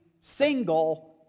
single